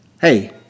Hey